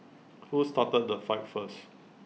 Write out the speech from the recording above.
who started the fight first